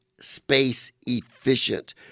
space-efficient